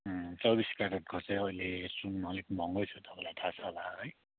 चौबिस क्यारेटको चाहिँ अहिले सुन अलिक महँगै छ तपाईँलाई थाहा छ होला है